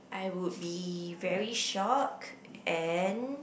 I would be very shocked and